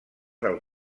del